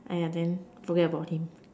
then forget about him